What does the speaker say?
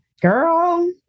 girl